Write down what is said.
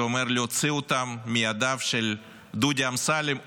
זה אומר להוציא אותן מידיו של דודי אמסלם,